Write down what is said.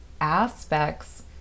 aspects